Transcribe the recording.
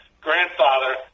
grandfather